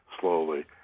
slowly